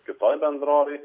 kitoj bendrovėj